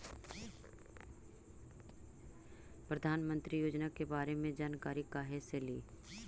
प्रधानमंत्री योजना के बारे मे जानकारी काहे से ली?